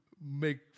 make